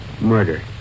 Murder